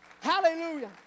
Hallelujah